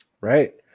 Right